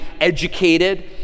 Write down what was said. educated